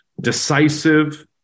decisive